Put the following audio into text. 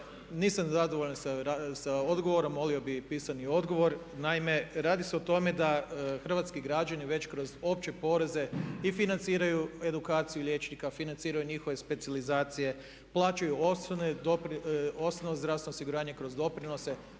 Nisam zadovoljan sa odgovorom, molio bih pisani odgovor. Naime, radi se o tome da hrvatski građani već kroz opće poreze i financiraju edukaciju liječnika, financiraju njihove specijalizacije, plaćaju osnovno zdravstveno osiguranje kroz doprinose,